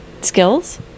skills